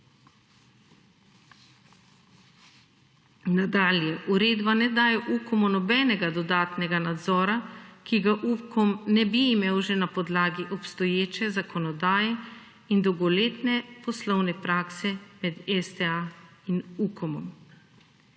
Nadalje. Uredba ne daje UKOM-u nobenega dodatnega nadzora, ki ga UKOM ne bi imel že na podlagi obstoječe zakonodaje in dolgoletne poslovne prakse med STA in UKOM-om.